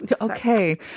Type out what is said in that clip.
Okay